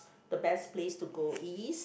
the best place to go is